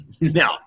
No